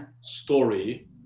story